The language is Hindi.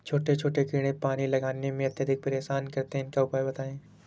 छोटे छोटे कीड़े पानी लगाने में अत्याधिक परेशान करते हैं इनका उपाय बताएं?